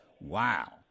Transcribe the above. Wow